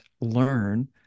learn